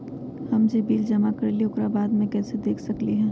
हम जे बिल जमा करईले ओकरा बाद में कैसे देख सकलि ह?